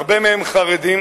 הרבה מהם חרדיים,